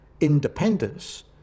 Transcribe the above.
independence